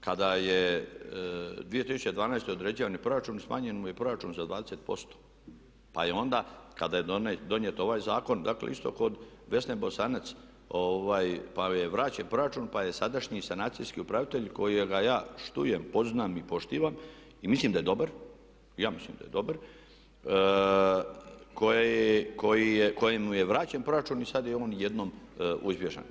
Kada je 2012. određivan i proračun smanjen mu je proračun za 20% pa je onda kada je donijet ovaj zakon, dakle isto kod Vesne Bosanac pa je vraćen proračun, pa je sadašnji sanacijski upravitelj kojega ja štujem, poznajem i poštujem i mislim da je dobar, ja mislim da je dobar, kojemu je vraćen proračun i sad je on odjednom uspješan.